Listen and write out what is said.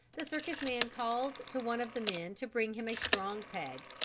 the circus-man called to one of the men to bring him a strong peg.